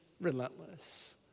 relentless